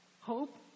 Hope